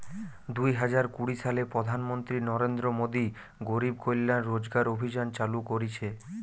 দুই হাজার কুড়ি সালে প্রধান মন্ত্রী নরেন্দ্র মোদী গরিব কল্যাণ রোজগার অভিযান চালু করিছে